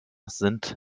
sind